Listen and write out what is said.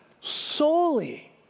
solely